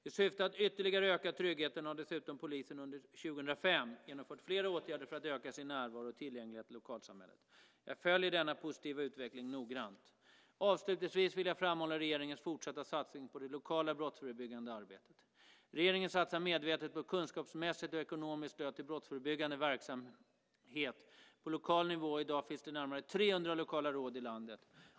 I syfte att ytterligare öka tryggheten har dessutom polisen under 2005 genomfört flera åtgärder för att öka sin närvaro och tillgänglighet i lokalsamhället. Jag följer denna positiva utveckling noggrant. Avslutningsvis vill jag framhålla regeringens fortsatta satsning på det lokala brottsförebyggande arbetet. Regeringen satsar medvetet på kunskapsmässigt och ekonomiskt stöd till brottsförebyggande verksamhet på lokal nivå, och i dag finns det närmare 300 lokala råd i landet.